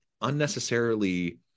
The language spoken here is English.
unnecessarily